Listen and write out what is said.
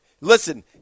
Listen